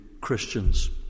Christians